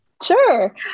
Sure